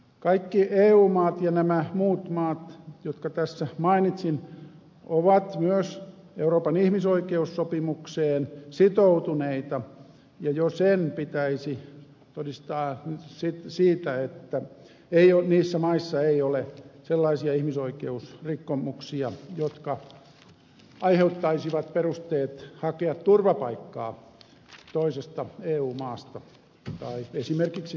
kaikki eu maat ja nämä muut maat jotka tässä mainitsin ovat myös euroopan ihmisoikeussopimukseen sitoutuneita ja jo sen pitäisi todistaa siitä että niissä maissa ei ole sellaisia ihmisoikeusrikkomuksia jotka aiheuttaisivat perusteet hakea turvapaikkaa toisesta eu maasta tai esimerkiksi suomesta